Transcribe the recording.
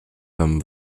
tam